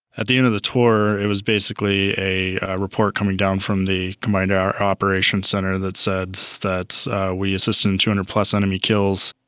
at the end of the tour, it was basically a report coming down from the combined um operation centre that said that we assisted in two hundred plus enemy kills.